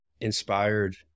inspired